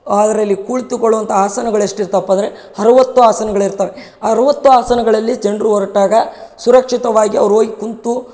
ಅದರಲ್ಲಿ ಕುಳಿತುಕೊಳ್ಳೊ ಅಂತ ಆಸನಗಳು ಎಷ್ಟು ಇರ್ತಪ್ಪ ಅಂದರೆ ಅರ್ವತ್ತು ಆಸನಗಳು ಇರ್ತವೆ ಅರವತ್ತು ಆಸನಗಳಲ್ಲಿ ಜನರು ಹೊರಟಾಗ ಸುರಕ್ಷಿತವಾಗಿ ಅವ್ರು ಹೋಗಿ ಕುಂತು